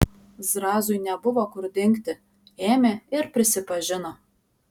zrazui nebuvo kur dingti ėmė ir prisipažino